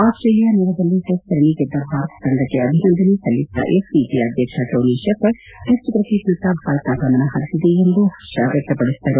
Australia ನೆಲದಲ್ಲಿ test ಸರಣಿಗೆದ್ದ ಭಾರತ ತಂಡಕ್ಕೆ ಅಭಿನಂದನೆ ಸಲ್ಲಿಸಿದ ಎಸ್ಸಿಜಿಯ ಅಧ್ಯಕ್ಷ ಟೋನಿ ಶೆಪರ್ಡ್ ಟೆಸ್ಟ್ ಕ್ರಿಕೆಟ್ನತ್ತ ಭಾರತ ಗಮನ ಹರಿಸಿದೆ ಎಂದು ಹರ್ಷ ವ್ಯಕ್ತಪಡಿಸಿದರು